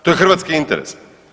To je hrvatski interes.